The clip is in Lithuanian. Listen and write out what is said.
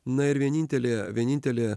na ir vienintelė vienintelė